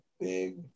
big